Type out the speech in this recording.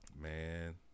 Man